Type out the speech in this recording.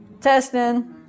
testing